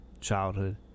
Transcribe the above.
childhood